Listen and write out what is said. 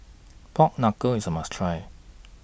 Pork Knuckle IS A must Try